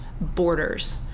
borders